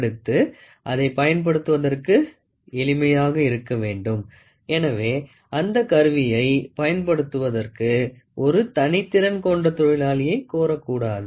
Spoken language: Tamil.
அடுத்து அதைப் பயன்படுத்துவதற்கு எளிமையாக இருக்க வேண்டும் எனவே அந்த கருவியை பயன்படுத்துவதற்கு ஒரு தனித்திறன் கொண்ட தொழிலாளியை கோரக்கூடாது